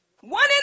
One